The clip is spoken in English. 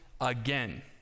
again